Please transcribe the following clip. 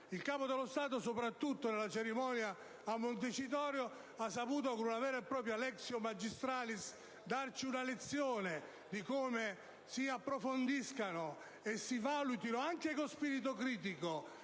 Il Capo dello Stato, soprattutto nella cerimonia di Montecitorio, con una vera e propria *lectio magistralis*, ha saputo darci una lezione di come si approfondiscano e si valutino, anche con spirito critico,